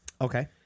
Okay